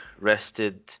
rested